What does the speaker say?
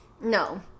No